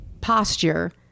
posture